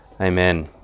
Amen